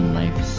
life